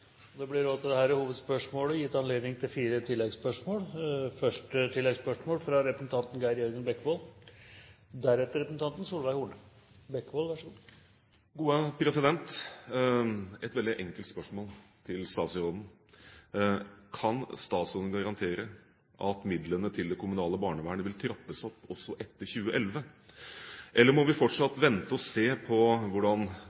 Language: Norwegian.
Det blir gitt anledning til fire oppfølgingsspørsmål – først Geir Jørgen Bekkevold. Et veldig enkelt spørsmål til statsråden: Kan statsråden garantere at midlene til det kommunale barnevernet vil trappes opp også etter 2011? Eller må vi fortsatt vente og se hvordan